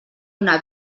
una